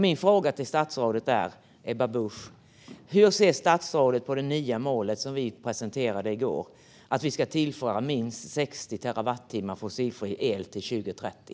Min fråga till statsrådet Ebba Busch är: Hur ser statsrådet på det nya mål som vi presenterade i går - att vi ska tillföra minst 60 terawattimmar fossilfri el till 2030?